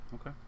Okay